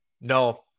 No